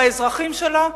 באזרחים שלה,